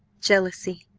jealousy.